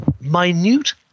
minute